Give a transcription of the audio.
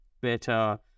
better